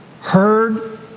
heard